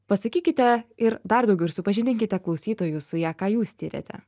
pasakykite ir dar daugiau ir supažindinkite klausytojus su ja ką jūs tiriate